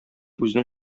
үзенең